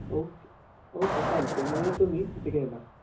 okay okay चालतं आहे मग येतो मी तिथे घ्यायला